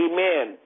Amen